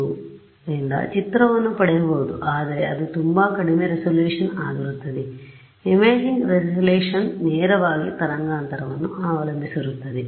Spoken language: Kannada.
ಆದ್ದರಿಂದ ಚಿತ್ರವನ್ನು ಪಡೆಯಬಹುದು ಆದರೆ ಅದು ತುಂಬಾ ಕಡಿಮೆ ರೆಸಲ್ಯೂಶನ್ ಆಗಿರುತ್ತದೆ ಇಮೇಜಿಂಗ್ ರೆಸಲ್ಯೂಶನ್ ನೇರವಾಗಿ ತರಂಗಾಂತರವನ್ನು ಅವಲಂಬಿಸಿರುತ್ತದೆ